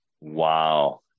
Wow